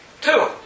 Two